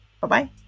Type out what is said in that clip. Bye-bye